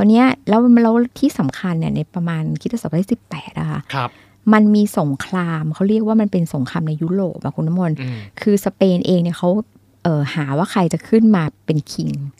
วันเนี้ย แล้วมัน- แล้วที่สำคัญเนี่ยในประมาณคิดว่าศตวรรษที่ 18 อะค่ะครับมันมีสงคราม เขาเรียกว่ามันเป็นสงครามในยุโรปอะคุณน้ำมนต์อืมคือสเปนเองเนี่ย เขาเอ่อหาว่าใครจะขึ้นมาเป็น king